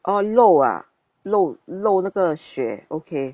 oh 漏 ah 露露那个血 okay